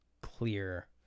clear